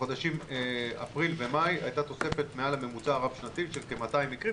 בחודשים אפריל ומאי הייתה תוספת מעל הממוצע הרב-שנתי של כ-200 מקרים,